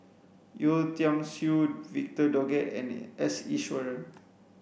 Yeo Tiam Siew Victor Doggett and S Iswaran